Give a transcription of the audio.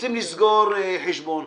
רוצים לסגור חשבון,